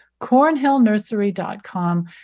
cornhillnursery.com